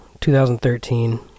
2013